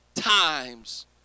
times